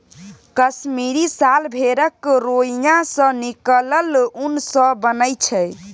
कश्मीरी साल भेड़क रोइयाँ सँ निकलल उन सँ बनय छै